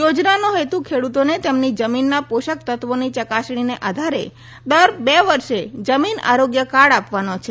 યોજનાનો હેતુ ખેડતોને તેમની જમીનના પોષક તત્વોની ચકાસણીના આધારે દર બે વર્ષે જમીન આરોગ્ય કાર્ડ આપવાનો છે